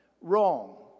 Wrong